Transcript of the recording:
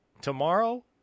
tomorrow